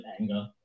anger